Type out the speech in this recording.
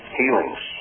healings